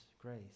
grace